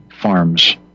farms